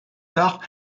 tard